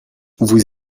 vous